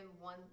one